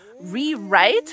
rewrite